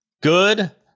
good